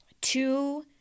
two